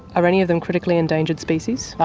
are any of them critically endangered species?